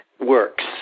works